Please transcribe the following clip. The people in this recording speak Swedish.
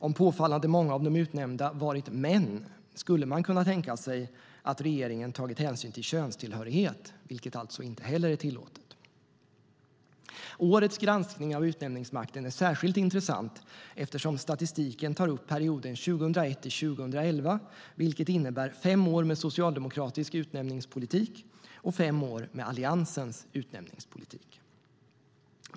Om påfallande många av de utnämnda varit män skulle man kunna tänka sig att regeringen tagit hänsyn till könstillhörighet, vilket inte heller är tillåtet. Årets granskning av utnämningsmakten är särskilt intressant eftersom statistiken tar upp perioden 2001-2011, vilket innebär fem år med socialdemokratisk utnämningspolitik och fem år med Alliansens utnämningspolitik.